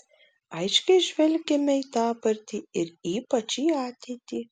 aiškiai žvelgiame į dabartį ir ypač į ateitį